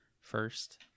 first